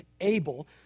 able